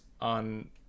on